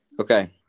Okay